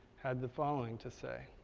had the following to say.